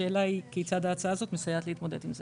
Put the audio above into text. השאלה היא כיצד ההצעה הזאת מסייעת להתמודד עם זה.